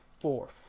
fourth